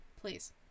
please